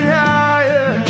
higher